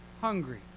hungry